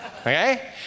Okay